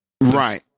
Right